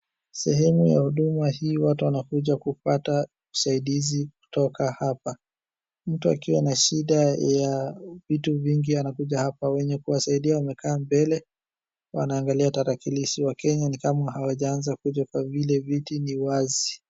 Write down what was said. Sehemu ya huduma hii watu wanakuja kupata usaidizi kutoka hapa. Mtu akiwa na shida ya vitu vingi anakuja hapa. Wenye kuwasaidia wamekaa mbele, wanaangalia tarakirishi. Wakenya ni kama hawajaanza kuja kwa vile viti ni wazi.